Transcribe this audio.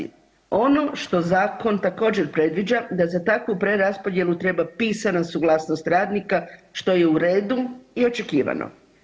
Ono što zakon također predviđa da za takvu preraspodjelu treba pisana suglasnost radnika, što je u redu i očekivano.